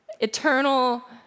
eternal